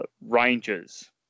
Rangers